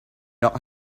not